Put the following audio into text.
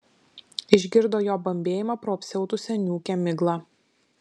išgirdo jo bambėjimą pro apsiautusią niūkią miglą